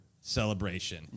celebration